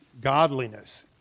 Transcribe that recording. godliness